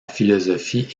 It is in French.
philosophie